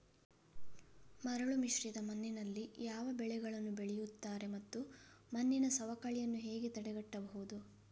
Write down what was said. ಮರಳುಮಿಶ್ರಿತ ಮಣ್ಣಿನಲ್ಲಿ ಯಾವ ಬೆಳೆಗಳನ್ನು ಬೆಳೆಯುತ್ತಾರೆ ಮತ್ತು ಮಣ್ಣಿನ ಸವಕಳಿಯನ್ನು ಹೇಗೆ ತಡೆಗಟ್ಟಬಹುದು?